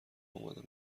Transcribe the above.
اومدم